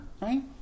right